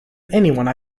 anyone